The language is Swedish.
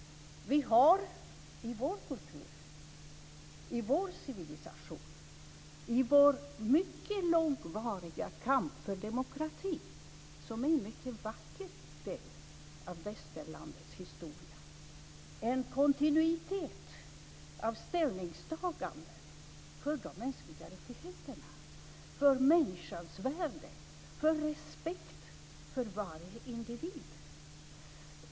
Vi har i vår kultur, i vår civilisation, i vår mycket långvariga kamp för demokrati, som är en mycket vacker del av västerlandets historia, en kontinuitet av ställningstaganden för de mänskliga rättigheterna, för människans värde, för respekt för varje individ.